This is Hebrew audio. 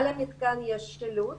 על התקן יש שילוט